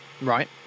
right